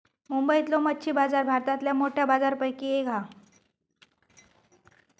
मुंबईतलो मच्छी बाजार भारतातल्या मोठ्या बाजारांपैकी एक हा